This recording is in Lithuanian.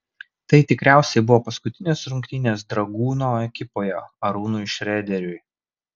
tai tikriausiai buvo paskutinės rungtynės dragūno ekipoje arūnui šrederiui